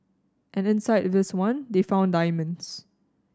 and inside this one they found diamonds